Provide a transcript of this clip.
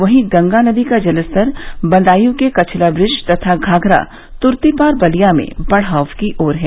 वहीं गंगा नदी का जलस्तर बदायूं के कछला ब्रिज तथा घाघरा तुर्तीपार बलिया में बढ़ाव की ओर है